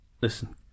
listen